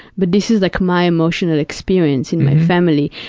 but this is like my emotional experience in my family.